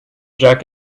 jack